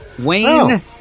Wayne